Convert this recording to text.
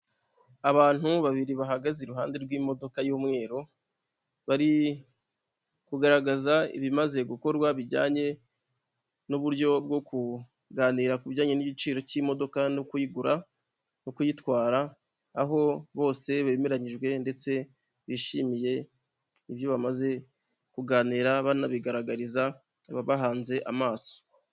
Abantu babiri bahagaze iruhande rw'imodoka y'umweru, bari kugaragaza ibimaze gukorwa bijyanye n'uburyo bwo kuganira kujyanye n'igiciro cy'imodoka no kuyigura no kuyitwara, aho bose bemeranyijwe ndetse bishimiye ibyo bamaze kuganira banabigaragariza ababahanze amaso.